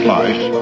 life